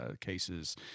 cases